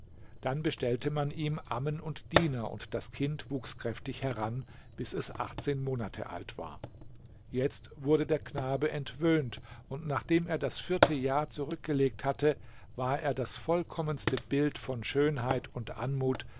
dann bestellte man ihm ammen und diener und das kind wuchs kräftig heran bis es monate alt war jetzt wurde der knabe entwöhnt und nachdem er das vierte jahr zurückgelegt hatte war er das vollkommenste bild von schönheit und anmut